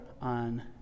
on